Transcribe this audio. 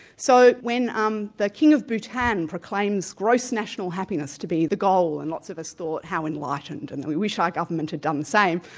so when um the king of bhutan proclaims gross national happiness to be the goal, and lots of us thought, how enlightened, and we wish our ah government had done the same,